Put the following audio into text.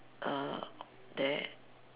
err there